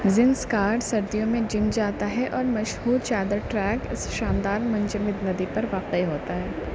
زنسکار سردیوں میں جم جاتا ہے اور مشہور چادر ٹریک اس شاندار منجمد ندی پر واقع ہوتا ہے